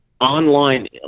online